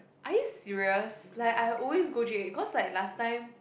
are you serious like I always go J eight cause like last time